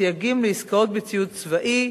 סייגים לעסקאות בציוד צבאי.